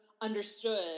understood